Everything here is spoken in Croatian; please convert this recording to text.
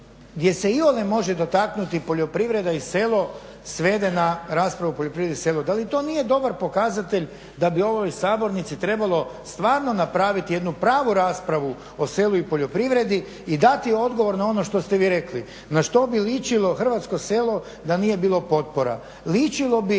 gdje se iole može dotaknuti poljoprivreda i selo svede na raspravu poljoprivreda i selo. Da li to nije dobar pokazatelj da bi u ovoj sabornici trebalo stvarno napraviti jednu pravu raspravu o selu i poljoprivredi i dati odgovor na ono što ste vi rekli. Na što bi ličilo hrvatsko selo da nije bilo potpora. Ličilo bi